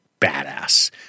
badass